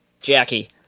Jackie